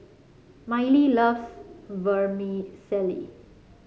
Mylie loves Vermicelli